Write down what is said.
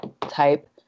type